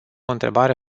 întrebare